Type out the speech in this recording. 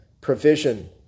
provision